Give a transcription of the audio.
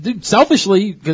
selfishly